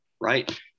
right